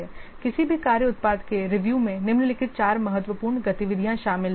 किसी भी कार्य उत्पाद कै रिव्यू में निम्नलिखित 4 महत्वपूर्ण गतिविधियाँ शामिल हैं